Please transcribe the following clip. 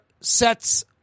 sets